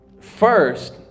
first